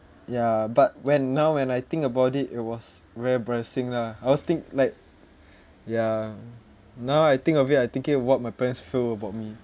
ya but when now when I think about it it was very embarrassing lah I was think~ like ya now I think of it I thinking of what my parents feel about me